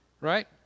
Right